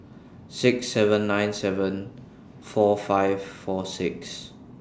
six seven nine seven four five four six